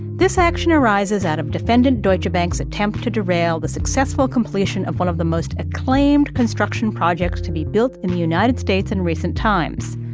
this action arises out of defendant deutsche bank's attempt to derail the successful completion of one of the most acclaimed construction projects to be built in the united states in recent times.